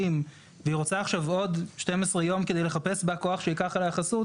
והיא רוצה עכשיו עוד 12 יום כדי לחפש בא כוח שייקח עליה חסות